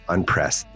Unpress